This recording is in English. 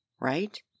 right